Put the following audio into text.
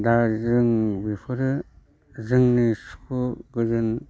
दा जों बेफोरो जोंनि सुखु गोजोन